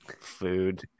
food